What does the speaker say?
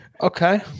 Okay